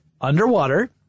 underwater